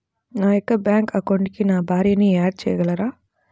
నా యొక్క బ్యాంక్ అకౌంట్కి నా భార్యని యాడ్ చేయగలరా?